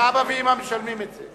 שאבא ואמא משלמים את זה.